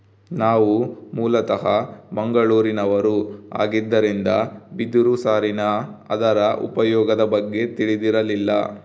ನಾವು ಮೂಲತಃ ಮಂಗಳೂರಿನವರು ಆಗಿದ್ದರಿಂದ ಬಿದಿರು ಸಾರಿನ ಅದರ ಉಪಯೋಗದ ಬಗ್ಗೆ ತಿಳಿದಿರಲಿಲ್ಲ